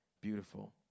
Beautiful